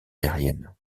aérienne